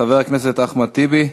חבר הכנסת אחמד טיבי,